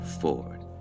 Ford